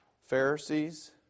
Pharisees